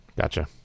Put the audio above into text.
gotcha